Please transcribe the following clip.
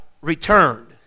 returned